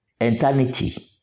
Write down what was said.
eternity